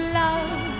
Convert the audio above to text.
love